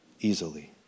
easily